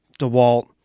DeWalt